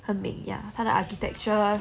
很美 ya 它的 architecture